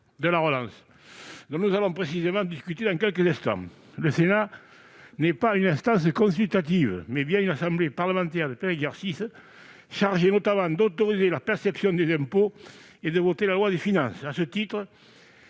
; relance dont nous allons précisément discuter dans quelques instants. Le Sénat est non pas une instance consultative, mais une assemblée parlementaire de plein exercice, chargée, entre autres, d'autoriser la perception des impôts et de voter la loi de finances. À ce titre,